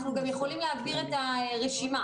אנחנו גם יכולים להעביר את הרשימה.